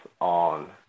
on